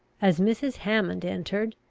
as mrs. hammond entered,